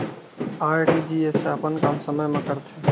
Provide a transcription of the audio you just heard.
RTGS ह अपन काम समय मा करथे?